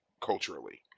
culturally